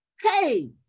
Hey